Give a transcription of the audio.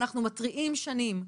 אנחנו מתריעים שנים,